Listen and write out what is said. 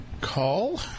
call